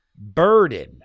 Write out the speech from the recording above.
burden